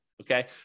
okay